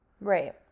Right